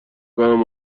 کنم